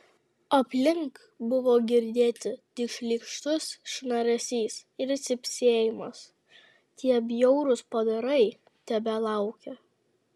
aplink buvo girdėti tik šlykštus šnaresys ir cypsėjimas tie bjaurūs padarai tebelaukė